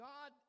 God